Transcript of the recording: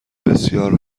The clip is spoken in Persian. بسیار